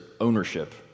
ownership